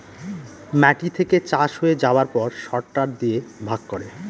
মাটি থেকে চাষ হয়ে যাবার পর সরটার দিয়ে ভাগ করে